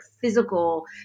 physical